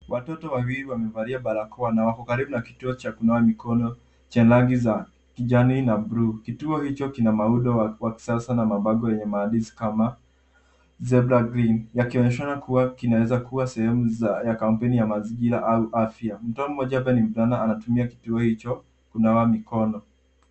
Watoto wawili wamevalia barakoa, na wako karibu na kituo cha kunawa mikono cha rangi za kijani, na blue . Kituo hicho kina muundo wa kisasa, na mabango yenye maandishi kama zebra green , yakionyesha kuwa kinaeza kuwa sehemu za, ya kampuni ya mazingira, au afya. Mtoto mmoja ambaye ni mvulana anatumia kituo hicho, kunawa mikono.